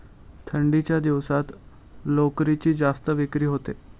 थंडीच्या दिवसात लोकरीची जास्त विक्री होते